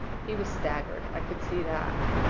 he was staggered i could see that.